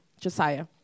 Josiah